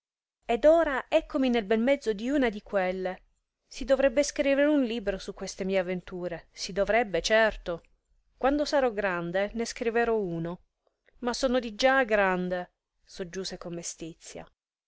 ed ora eccomi nel bel mezzo di una di quelle si dovrebbe scrivere un libro su queste mie avventure si dovrebbe certo quando sarò grande ne scriverò uno ma sono di già grande soggiunse con mestizia